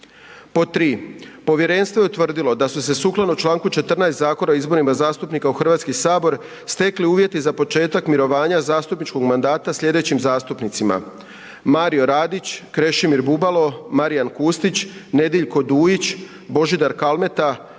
3. Povjerenstvo je utvrdilo da su se sukladno čl. 14. Zakona o izborima zastupnika u Hrvatski sabor stekli uvjeti za početak mirovanja zastupničkog mandata sljedećim zastupnicima: Mario Radić, Krešimir Bubalo, Marijan Kustić, Nediljko Dujić, Božidar Kalmeta,